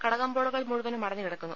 കടകമ്പോളങ്ങൾ മുഴുവനും അടഞ്ഞുകിടക്കുന്നു